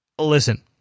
listen